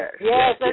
Yes